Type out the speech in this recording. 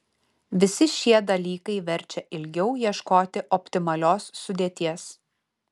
visi šie dalykai verčia ilgiau ieškoti optimalios sudėties